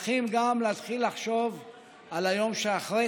מוכרחים גם להתחיל לחשוב על היום שאחרי